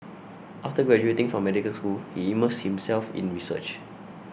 after graduating from medical school he immersed himself in research